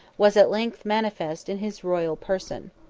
was at length manifest in his royal person.